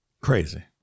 Crazy